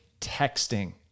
texting